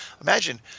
Imagine